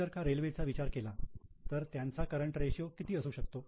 तुम्ही जर का रेल्वे चा विचार केला तर त्यांचा करंट रेशियो किती असू शकतो